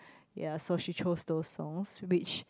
ye so she chose those songs which